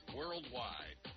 worldwide